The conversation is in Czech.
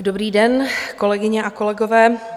Dobrý den, kolegyně a kolegové.